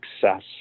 success